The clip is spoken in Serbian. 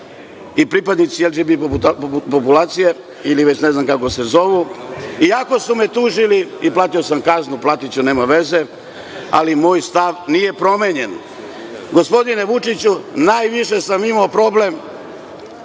i pripadnici LGBT populacije ili već ne znam kako se zovu, iako su me tužili i plaćao sam kaznu, platiću nema veze, ali moj stav nije promenjen. Gospodine Vučiću, najviše sam imao problem